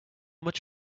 much